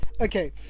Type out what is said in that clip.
Okay